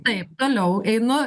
taip toliau einu